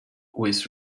with